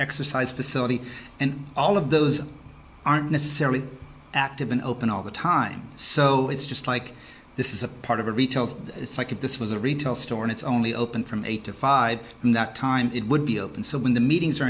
exercise facility and all of those aren't necessarily active and open all the time so it's just like this is a part of a retail's it's like if this was a retail store and it's only open from eight to five in that time it would be open so when the meetings are